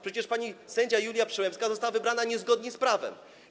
Przecież pani sędzia Julia Przyłębska została wybrana niezgodnie z prawem.